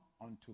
unto